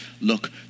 look